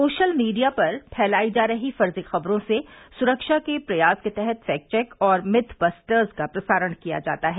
social media पर फैलाई जा रही फर्जी खबरों से सुरक्षा के प्रयास के तहत फैक्ट चेक और मिथबस्टर्स का प्रसारण किया जाता है